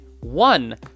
one